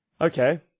Okay